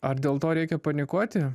ar dėl to reikia panikuoti